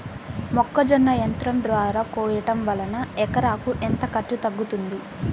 మొక్కజొన్న యంత్రం ద్వారా కోయటం వలన ఎకరాకు ఎంత ఖర్చు తగ్గుతుంది?